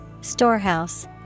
Storehouse